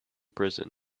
prison